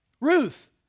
Ruth